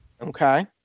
Okay